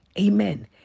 Amen